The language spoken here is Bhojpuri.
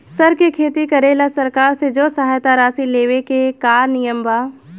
सर के खेती करेला सरकार से जो सहायता राशि लेवे के का नियम बा?